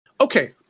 Okay